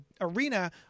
arena